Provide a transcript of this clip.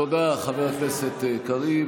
תודה, חבר הכנסת קריב.